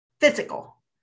physical